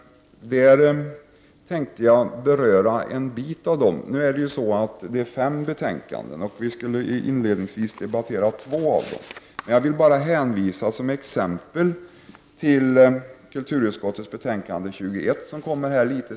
Jag tänkte beröra en del av dem. Nu finns det fem betänkanden på detta område, och vi skulle inledningsvis debattera två av dem. Men som exempel vill jag hänvisa till kulturutskottets betänkande 21 som skall debatteras senare.